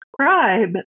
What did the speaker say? subscribe